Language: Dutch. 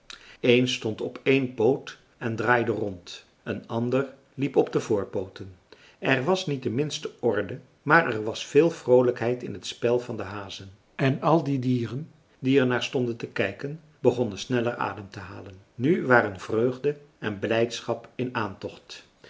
een stond op één poot en draaide rond een ander liep op de voorpooten er was niet de minste orde maar er was veel vroolijkheid in het spel van de hazen en al die dieren die er naar stonden te kijken begonnen sneller adem te halen nu waren vreugde en blijdschap in aantocht